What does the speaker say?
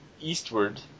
eastward